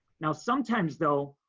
now sometimes though,